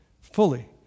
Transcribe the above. fully